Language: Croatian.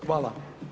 Hvala.